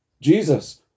Jesus